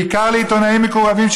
בעיקר לעיתונאים מקורבים,